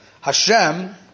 Hashem